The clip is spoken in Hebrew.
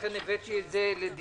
לכן הבאתי את זה לדיון.